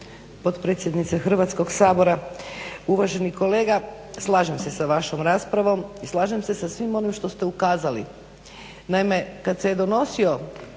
potpredsjednice Hrvatskog sabora. Uvaženi kolega slažem se sa vašom raspravom i slažem se sa svim onim što ste ukazali. Naime, kad se donosio